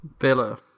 Villa